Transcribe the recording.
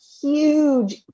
huge